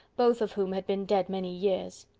both of whom had been dead many years.